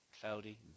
cloudy